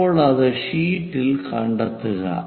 ഇപ്പോൾ അത് ഷീറ്റിൽ കണ്ടെത്തുക